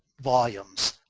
volumes